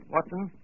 Watson